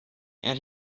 and